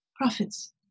profits